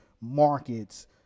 markets